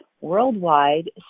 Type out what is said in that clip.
worldwide